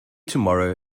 tomorrow